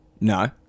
No